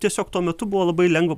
tiesiog tuo metu buvo labai lengva